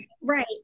Right